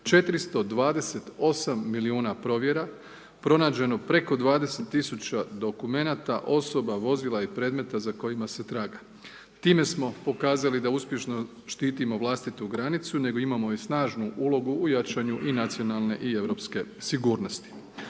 428 milijuna provjera, pronađeno preko 20 tisuća dokumenata, osoba, vozila i predmeta za kojima se traga. Time smo pokazali da uspješno štitimo vlastitu granicu nego imamo i snažnu ulogu u jačanju i nacionalne i europske sigurnosti.